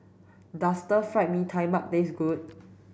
does stir fried mee tai mak taste good